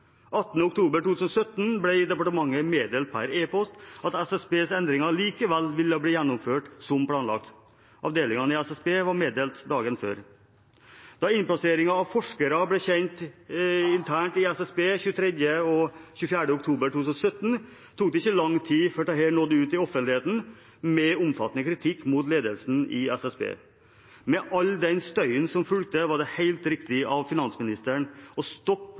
meddelt per e-post at SSBs endringer likevel ville bli gjennomført som planlagt. Avdelingene i SSB var meddelt dette dagen før. Da innplasseringen av forskerne ble kjent internt i SSB 23. og 24. oktober 2017, tok det ikke lang tid før dette nådde ut i offentligheten, med omfattende kritikk mot ledelsen i SSB. Med all den støyen som fulgte, var det helt riktig av finansministeren å stoppe